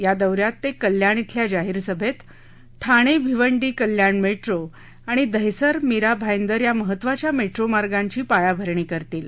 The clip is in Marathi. या दौऱ्यात ते कल्याण शिल्या जाहीर सभेत ठाणे भिवंडी कल्याण मेट्रो आणि दहिसर मीरा भाईदर या महत्त्वाच्या मेट्रो मार्गांची पायाभरणी करतील